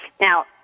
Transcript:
now